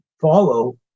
follow